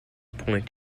point